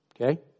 Okay